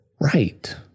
Right